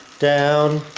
down,